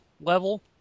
level